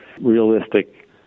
realistic